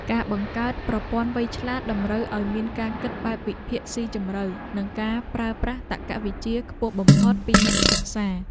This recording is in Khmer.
ការបង្កើតប្រព័ន្ធវៃឆ្លាតតម្រូវឱ្យមានការគិតបែបវិភាគស៊ីជម្រៅ និងការប្រើប្រាស់តក្កវិជ្ជាខ្ពស់បំផុតពីអ្នកសិក្សា។